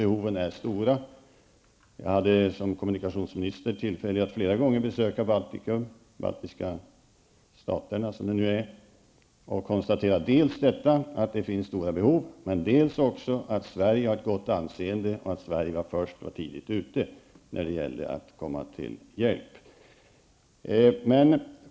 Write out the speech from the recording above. Behoven är stora. Jag hade som kommunikationsminister tillfälle att flera gånger besöka Baltikum, numera de baltiska staterna, och kunde konstatera dels att det finns stora behov, dels att Sverige har ett gott anseende. Sverige var först och tidigt ute när det gällde att komma till hjälp.